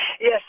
Yes